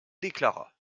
déclara